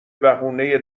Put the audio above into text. بهونه